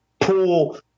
pull